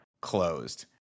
closed